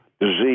disease